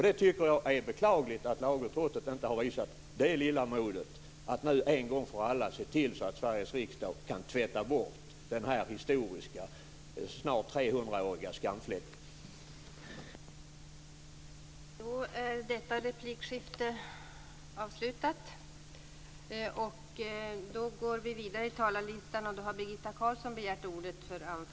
Det är beklagligt att lagutskottet inte har visat det lilla modet att en gång för alla se till att Sveriges riksdag kan tvätta bort denna snart 300-åriga historiska skamfläck.